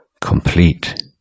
complete